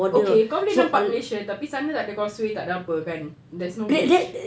okay kau boleh nampak malaysia tapi sana tak ada causeway tak ada apa kan there's no bridge